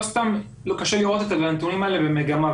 לא סתם קשה לראות את הנתונים האלה במגמה.